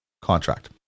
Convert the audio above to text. contract